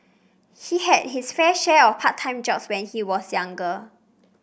he had his fair share of part time jobs when he was younger